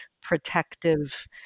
protective